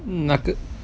那个